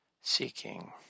seeking